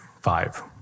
five